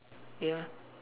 ya